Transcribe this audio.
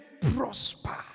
prosper